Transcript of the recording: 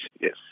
yes